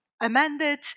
amended